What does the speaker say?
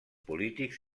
polítics